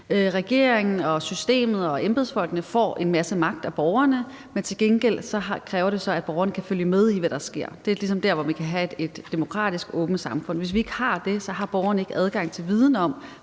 Regeringen og systemet og embedsfolkene får en masse magt af borgerne, men til gengæld kræver det så, at borgerne kan følge med i, hvad der sker. Det er ligesom der, hvor vi kan have et demokratisk og åbent samfund, og hvis vi ikke har det, har borgerne ikke adgang til viden om